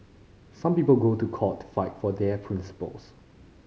some people go to court to fight for their principles